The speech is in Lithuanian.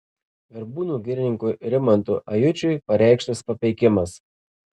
verbūnų girininkui rimantui ajučiui pareikštas papeikimas